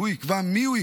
שהוא יקבע מיהו,